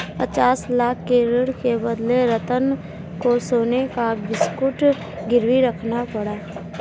पचास लाख के ऋण के बदले रतन को सोने का बिस्कुट गिरवी रखना पड़ा